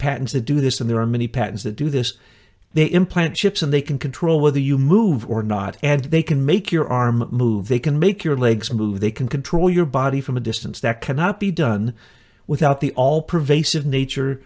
patents to do this and there are many patents that do this they implant chips and they can control whether you move or not and they can make your arm move they can make your legs move they can control your body from a distance that cannot be done without the all pervasive nature